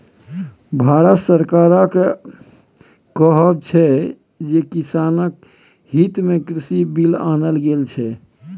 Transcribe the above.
भारत सरकारक कहब छै जे किसानक हितमे कृषि बिल आनल गेल छै